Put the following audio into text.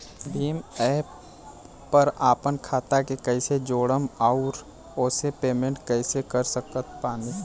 Bhim app पर आपन खाता के कईसे जोड़म आउर ओसे पेमेंट कईसे कर सकत बानी?